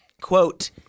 Quote